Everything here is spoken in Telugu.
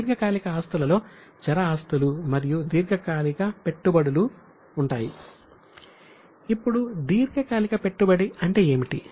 దీర్ఘకాలిక ఆస్తులలో చర ఆస్తులు మరియు దీర్ఘకాలిక పెట్టుబడులు ఉంటాయి ఇప్పుడు దీర్ఘకాలిక పెట్టుబడి అంటే ఏమిటి